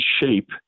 shape